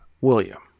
William